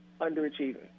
underachieving